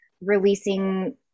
releasing